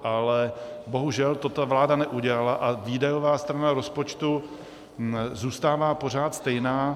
Ale bohužel to vláda neudělala a výdajová strana rozpočtu zůstává pořád stejná.